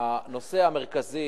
הנושא המרכזי